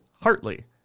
Hartley